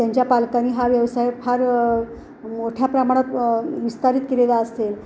त्यांच्या पालकांनी हा व्यवसाय फार मोठ्या प्रमाणात विस्तारित केलेला असेल